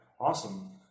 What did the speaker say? awesome